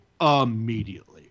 immediately